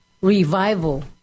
revival